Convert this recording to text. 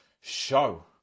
show